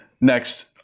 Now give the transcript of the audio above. next